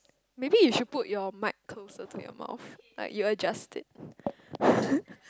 maybe you should put your mic closer to your mouth like you adjust it